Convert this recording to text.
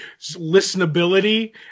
listenability